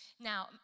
Now